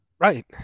Right